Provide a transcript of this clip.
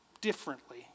differently